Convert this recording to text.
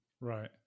Right